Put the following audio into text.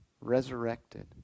resurrected